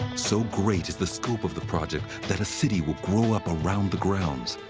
so great is the scope of the project that a city will grow up around the grounds.